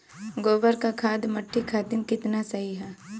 गोबर क खाद्य मट्टी खातिन कितना सही ह?